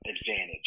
advantage